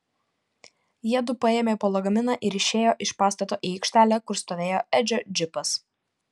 jiedu paėmė po lagaminą ir išėjo iš pastato į aikštelę kur stovėjo edžio džipas